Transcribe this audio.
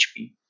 HP